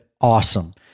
awesome